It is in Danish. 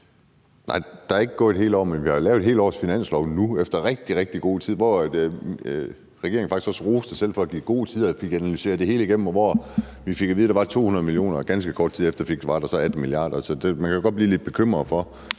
Nej, der er ikke gået et helt år, men vi har lavet et helt års finanslov nu efter rigtig, rigtig god tid, hvor regeringen faktisk også roste sig selv for at give god tid og få det hele analyseret igennem, og hvor vi fik at vide, at der var 200 mio. kr., og ganske kort tid efter var der så 18 mia. kr. Så man kan godt blive lidt bekymret for,